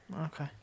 Okay